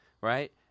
Right